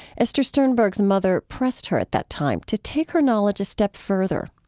esther sternberg's mother pressed her at that time to take her knowledge a step further.